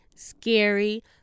scary